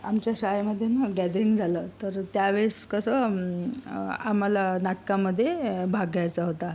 आमच्या शाळेमध्ये ना गॅदरिंग झालं तर त्यावेळेस कसं आम्हाला नाटकामध्ये भाग घ्यायचा होता